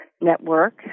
Network